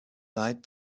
lied